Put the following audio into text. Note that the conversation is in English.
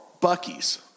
Bucky's